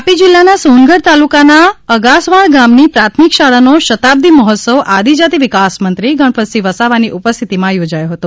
તાપી જિલ્લાના સોનગઢ તાલુકાના અગાસવાણ ગામની પ્રાથમિક શાળાનો શતાબ્દી મહોત્સવ આદિજાતી વિકાસમંત્રી ગણપતસિંહ વસાવાની ઉપસ્થિતિમાં યોજાયો હતો